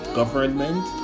government